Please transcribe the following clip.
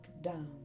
down